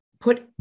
put